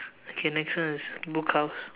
okay next one is book house